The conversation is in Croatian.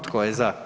Tko je za?